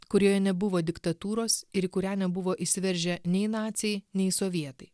kurioje nebuvo diktatūros ir į kurią nebuvo įsiveržę nei naciai nei sovietai